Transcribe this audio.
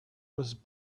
was